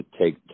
take